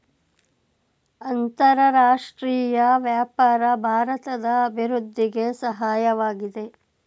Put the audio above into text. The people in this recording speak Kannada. ಅಂತರರಾಷ್ಟ್ರೀಯ ವ್ಯಾಪಾರ ಭಾರತದ ಅಭಿವೃದ್ಧಿಗೆ ಸಹಾಯವಾಗಿದೆ